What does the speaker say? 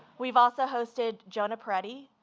we've also hosted jonah peretti,